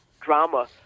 drama